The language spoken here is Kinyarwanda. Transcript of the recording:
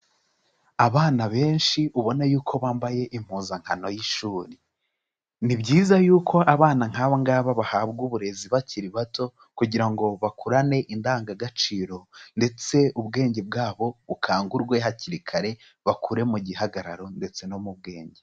Abana benshi ubona y'uko bambaye impuzankano y'ishuri, ni byiza yuko abana nk'abo ngaba bahabwa uburezi bakiri bato kugira ngo bakurane indangagaciro ndetse ubwenge bwabo bukangurwe hakiri kare, bakure mu gihagararo ndetse no mu bwenge.